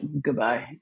goodbye